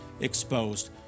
exposed